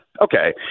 Okay